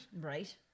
Right